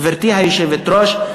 גברתי היושבת-ראש,